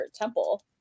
temple